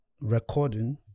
Recording